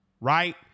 Right